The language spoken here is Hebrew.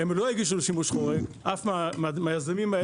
הם לא הגישו שימוש חורג, אף אחד מהיזמים האלו.